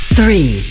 three